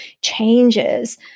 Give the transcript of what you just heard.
changes